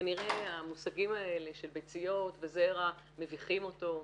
כנראה המושגים האלה של ביציות וזרע מביכים אותו.